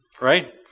right